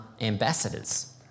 ambassadors